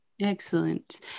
excellent